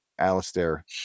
Alistair